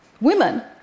women